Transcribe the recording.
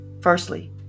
Firstly